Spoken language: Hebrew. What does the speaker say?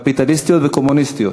קפיטליסטיות וקומוניסטיות,